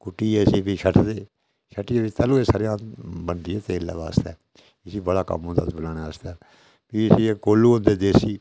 कुट्टियै इस्सी फ्ही शट्टदे शट्टियै फ्ही तैलू गै सरयां बनदी ऐ तेलै वास्तै इस्सी बड़ा कम्म होंदा बनाने आस्तै फ्ही इस्सी कोह्लू होंदे देसी